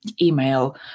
email